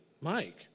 Mike